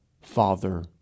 Father